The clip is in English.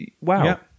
wow